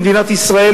במדינת ישראל,